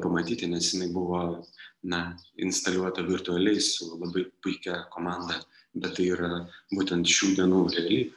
pamatyti nes jinai buvo na instaliuota virtualiai su labai puikia komanda bet tai yra būtent šių dienų realybė